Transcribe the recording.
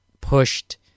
pushed